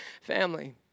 family